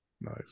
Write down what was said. Nice